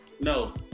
no